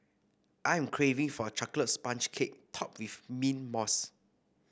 I am craving for a chocolate sponge cake topped with mint mousse